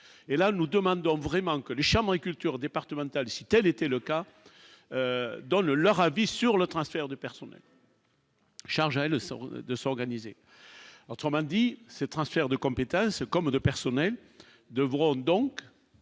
et là nous demandons vraiment que les et culture départemental si telle était le cas dans le leur avis sur le transfert de personnes. Le sort de s'organiser autrement dit ces transferts de compétences comme de personnels devront donc